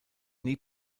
nie